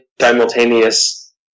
simultaneous